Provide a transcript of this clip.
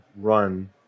run